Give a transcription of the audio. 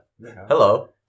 Hello